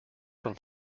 from